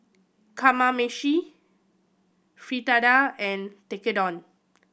Kamameshi Fritada and Tekkadon